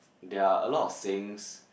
there are a lot of sayings